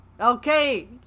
Okay